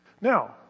Now